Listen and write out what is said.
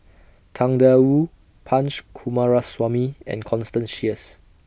Tang DA Wu Punch Coomaraswamy and Constance Sheares